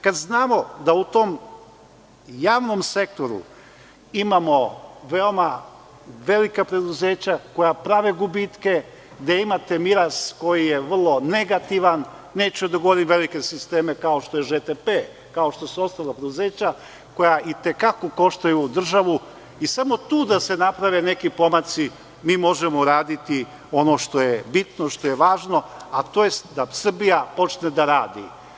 Kada znamo da u tom javnom sektoru imamo veoma velika preduzeća koja prave gubitke, gde imate miraz koji je vrlo negativan, neću da govorim o velikim sistemima kao što je ŽTP, kao što su ostala preduzeća koja i te kako koštaju ovu državu, i samo tu da se naprave neki pomaci, mi možemo uraditi ono što je bitno, što je važno, a to je da Srbija počne da radi.